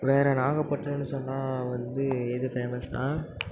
வேறு நாகப்பட்டினம்ன்னு சொன்னால் வந்து எது ஃபேமஸ்னால்